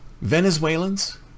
Venezuelans